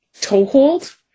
toehold